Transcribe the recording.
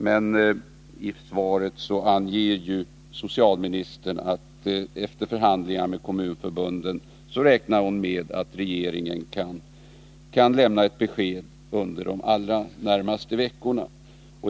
Men socialministern anger i svaret att hon räknar med att regeringen efter förhandlingar med kommunförbunden kan lämna ett besked under de allra närmaste veckorna.